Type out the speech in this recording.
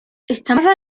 استمر